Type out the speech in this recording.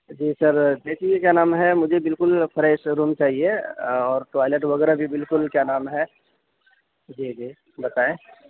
جی sir دیکھیے کیا نام ہے مجھے بالکل فریش روم چاہیے اور ٹوائلیٹ وغیرہ بھی بالکل کیا نام ہے جی جی بتائیں